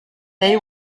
they